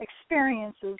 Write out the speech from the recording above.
experiences